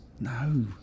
No